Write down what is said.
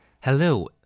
Hello